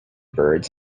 birds